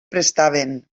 prestaven